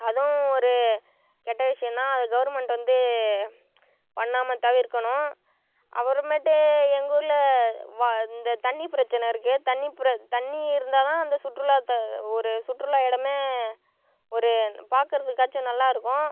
அதுவும் ஒரு கெட்ட விஷயம்தான் அதை கவர்மண்ட் வந்து பண்ணாமல் தவிர்க்கணும் அப்புறமேட்டு எங்கள் ஊரில் இந்த தண்ணி பிரச்சினை இருக்குது தண்ணி தண்ணி இருந்தால் தான் அந்த சுற்றுலா ஒரு சுற்றுலா இடமே ஒரு பார்க்குறத்துக்காச்சும் நல்லாயிருக்கும்